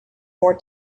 more